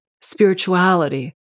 spirituality